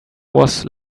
was